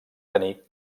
tenir